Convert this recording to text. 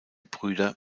brüder